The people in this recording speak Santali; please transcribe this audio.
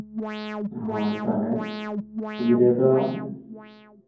ᱦᱳᱭ ᱛᱟᱦᱞᱮ ᱛᱤ ᱨᱮᱫᱚ